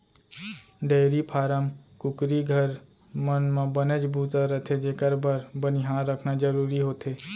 dairy farm, कुकरी घर, मन म बनेच बूता रथे जेकर बर बनिहार रखना जरूरी होथे